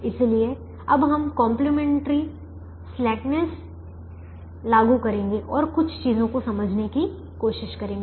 इसलिए अब हम कंप्लीमेंट्री स्लैकनेस लागू करेंगे और कुछ चीजों को समझने की कोशिश करेंगे